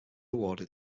awarded